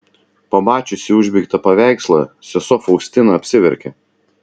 pamačiusi užbaigtą paveikslą sesuo faustina apsiverkė